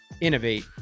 innovate